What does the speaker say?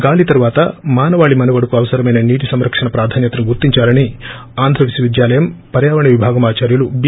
గాలీ తరువాత మానవాళి మనుగడకు అవసరమైన నీటి సంరక్షణ ప్రాధాన్యతను గుర్తిందాలని ఆంధ్రవిశ్వవిద్యాలయం పర్యావరణ విభాగం ఆదార్యులు బి